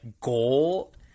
goal